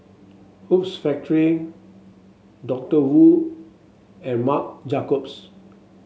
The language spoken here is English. Hoops Factory Doctor Wu and Marc Jacobs